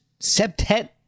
Septet